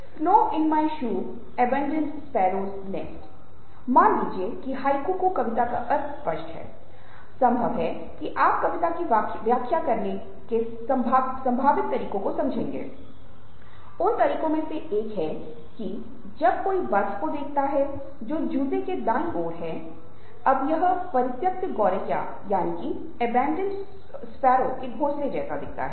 snow in my shoe abandoned sparrows nest Snow in my shoe abandoned sparrows nest मान लीजिए कि haiku को कविता का अर्थ अस्पष्ट है संभव है कि आप कविता की व्याख्या करने के संभावित तरीकों को समझेंगे उन तरीकों में से एक है की जब कोई बर्फ को देखता है जो जूते के दाईं ओर है अब यह परित्यक्त गौरैया के घोंसले जैसा दिखता है